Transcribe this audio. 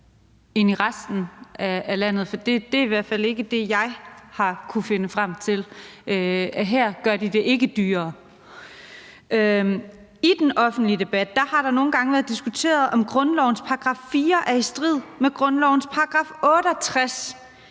I den offentlige debat har der nogle gange været diskuteret, om grundlovens § 4 er i strid med grundlovens § 68,